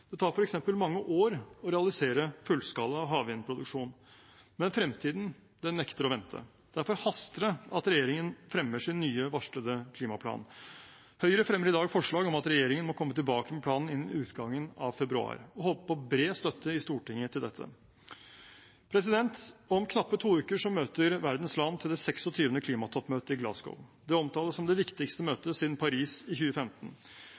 Det tar f.eks. mange år å realisere fullskala havvindproduksjon, men fremtiden nekter å vente. Derfor haster det at regjeringen fremmer sin nye, varslede klimaplan. Høyre fremmer i dag forslag om at regjeringen må komme tilbake med planen innen utgangen av februar, og håper på bred støtte i Stortinget til dette. Om knappe to uker møter verdens land til det 26. klimatoppmøtet i Glasgow. Det omtales som det viktigste møtet siden Paris i 2015.